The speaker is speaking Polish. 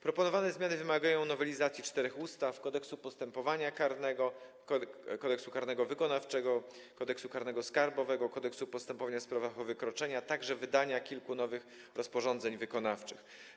Proponowane zmiany wymagają nowelizacji czterech ustaw: Kodeksu postępowania karnego, Kodeksu karnego wykonawczego, Kodeksu karnego skarbowego i Kodeksu postępowania w sprawach o wykroczenia, jak również wydania kilku nowych rozporządzeń wykonawczych.